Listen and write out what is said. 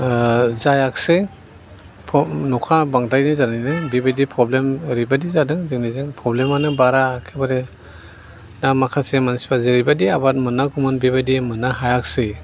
जायाखिसै नखा बांद्रायनाय जानानै बिबायदि प्रब्लेम ओरैबादि जादों जोंनिजों प्रब्लेमानो बारा एखेबारे दा माखासे मानसिफ्रा जेरैबादि आबाद मोननांगौमोन बेबायदि मोननो हायाखिसै